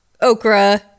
okra